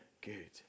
good